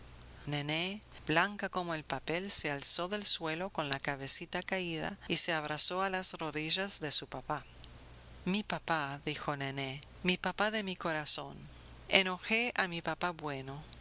nené blanca como el papel se alzó del suelo con la cabecita caída y se abrazó a las rodillas de su papá mi papá dijo nené mi papá de mi corazón enojé a mi papá bueno